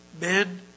men